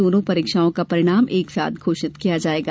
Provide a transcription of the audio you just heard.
दोनो परीक्षाओं का परिणाम एक साथ घोषित किया जायेगा